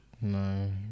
No